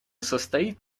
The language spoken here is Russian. состоит